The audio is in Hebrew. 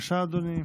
בבקשה, אדוני,